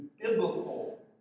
biblical